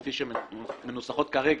כפי שמנוסחות כרגע,